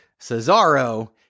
Cesaro